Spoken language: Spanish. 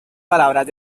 palabras